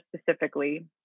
specifically